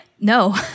no